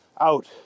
out